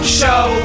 show